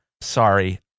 Sorry